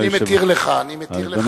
אני מתיר לך, אני מתיר לך.